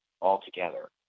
altogether